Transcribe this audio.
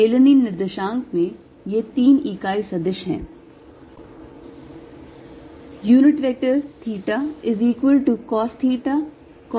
बेलनी निर्देशांक में ये तीन इकाई सदिश हैं